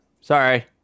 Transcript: Sorry